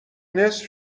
نصف